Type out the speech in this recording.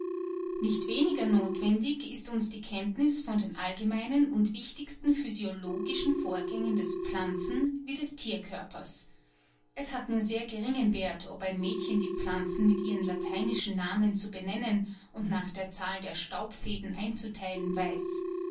nicht weniger nothwendig ist uns die kenntniß von den allgemeinen und wichtigsten physiologischen vorgängen des pflanzen wie des thierkörpers es hat nur sehr geringen werth ob ein mädchen die pflanzen mit ihren lateinischen namen zu benennen und nach der zahl der staubfäden einzutheilen weiß